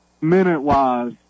Minute-wise